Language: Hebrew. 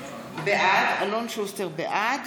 בעד